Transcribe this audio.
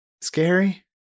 scary